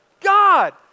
God